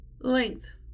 length